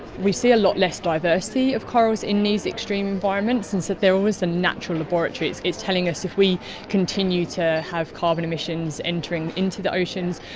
we see a lot less diversity of corals in these extreme environments, and so they are almost a natural laboratory. it's it's telling us if we continue to have carbon emissions entering into the oceans,